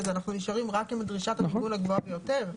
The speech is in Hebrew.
אנחנו נשארים רק עם הדרישה הגבוהה ביותר.